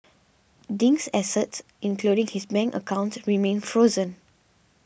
Ding's assets including his bank accounts remain frozen